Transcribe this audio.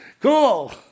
cool